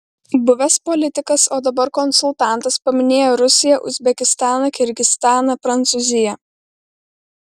buvęs politikas o dabar konsultantas paminėjo rusiją uzbekistaną kirgizstaną prancūziją